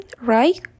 right